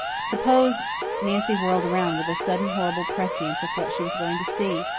suppose nancy whirled around with a sudden horrible prescience of what she was going to see!